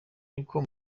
niko